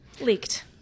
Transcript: Leaked